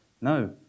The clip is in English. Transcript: No